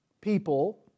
people